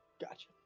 Gotcha